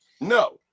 No